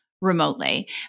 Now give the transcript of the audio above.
remotely